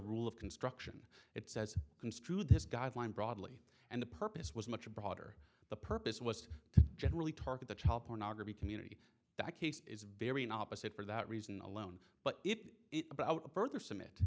rule of construction it says construe this guideline broadly and the purpose was much broader the purpose was to generally target the child pornography community that case is very an opposite for that reason alone but it about a burger summit